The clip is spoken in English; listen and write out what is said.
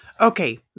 Okay